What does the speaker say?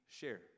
share